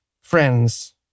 friends